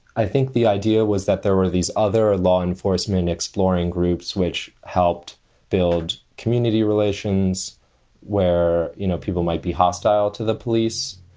i think the idea was that there were these other law enforcement exploring groups which helped build community relations where, you know, people might be hostile to the police.